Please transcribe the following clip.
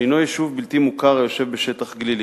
שהינו יישוב בלתי מוכר היושב בשטח גלילי.